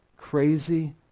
Crazy